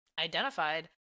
identified